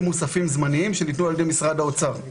מוספים זמניים שניתנו על ידי משרד האוצר.